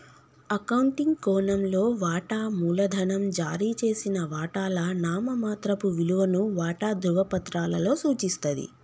accounting కోణంలో, వాటా మూలధనం జారీ చేసిన వాటాల నామమాత్రపు విలువను వాటా ధృవపత్రాలలో సూచిస్తది